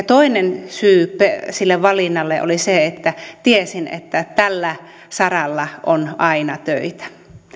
toinen syy sille valinnalle oli se että tiesin että tällä saralla on aina töitä